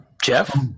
Jeff